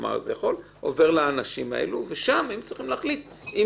זה עובר לאנשים האלה שצריכים להחליט אם